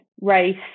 race